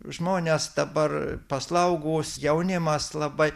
žmonės dabar paslaugūs jaunimas labai